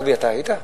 רובי, אתה היית?